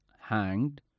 hanged